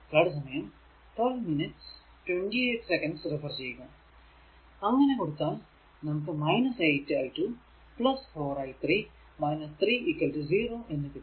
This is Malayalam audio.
അങ്ങനെ കൊടുത്താൽ നമുക്ക് 8 i2 4 i3 3 0 എന്ന് കിട്ടും